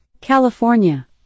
California